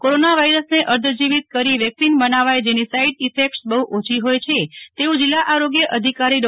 corona વાયરસને અર્ધજીવિત કરી વેકિસન બનાવાય જેની સાઈડઈફેકટ બહુ ઓછી હોય તેવું જિલ્લા આરોગ્ય અધિકારી ડો